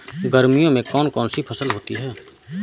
गर्मियों में कौन कौन सी फसल होती है?